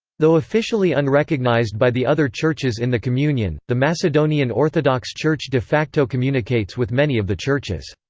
though officially unrecognised by the other churches in the communion, the macedonian orthodox church de facto communicates with many of the churches.